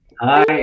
Hi